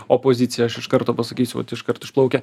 opozicija aš iš karto pasakysiu vat iškart išplaukia